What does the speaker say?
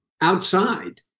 outside